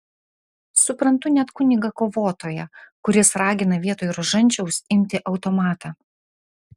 suprantu net kunigą kovotoją kuris ragina vietoj rožančiaus imti automatą